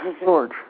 George